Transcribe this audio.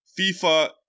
FIFA